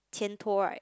前托 right